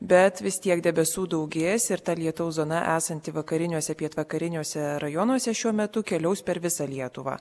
bet vis tiek debesų daugės ir ta lietaus zona esanti vakariniuose pietvakariniuose rajonuose šiuo metu keliaus per visą lietuvą